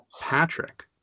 Patrick